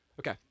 Okay